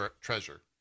Treasure